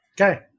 Okay